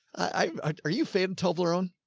i are you fam toblerone